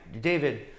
David